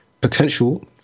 potential